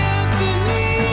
Anthony